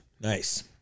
Nice